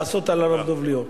לעשות על הרב דב ליאור.